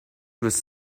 was